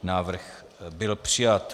Návrh byl přijat.